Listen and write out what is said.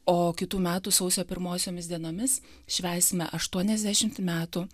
o kitų metų sausio pirmosiomis dienomis švęsime aštuoniasdešimt metų